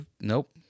Nope